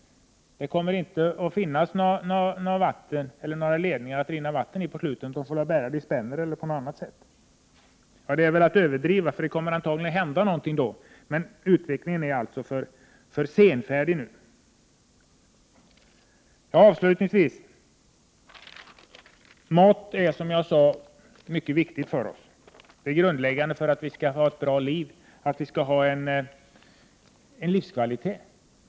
Det kommer inte att finnas några ledningar att leda vatten i på slutet; då får man väl bära det i spänner eller på annat sätt. Ja, det är väl att överdriva, för det kommer antagligen att hända någonting. Men utvecklingen går nu alltså för långsamt. Avslutningsvis: Maten är, som jag sade, mycket viktig för oss. Den är grundläggande för att vi skall kunna ha ett bra liv.